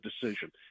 decision